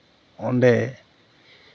ᱚᱸᱰᱮ